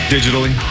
Digitally